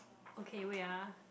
okay wait ah